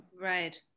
right